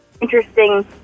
interesting